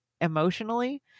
emotionally